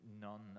none